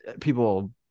People